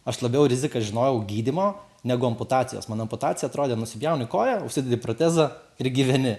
aš labiau rizikas žinojau gydymo negu amputacijos man amputacija atrodė nusipjauni koją užsidedi protezą ir gyveni